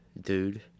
dude